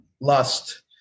lust